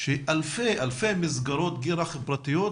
שאלפי מסגרות גיל רך פרטיות,